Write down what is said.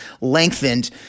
lengthened